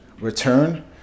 return